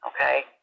Okay